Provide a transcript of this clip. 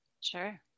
sure